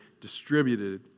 distributed